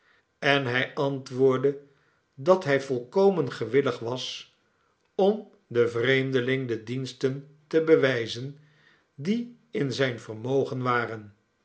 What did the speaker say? en hij antwoordde dat hij volkomen gewillig was om den vreemdeling de diensten te bewijzen die in zijn vermogen waren